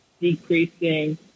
decreasing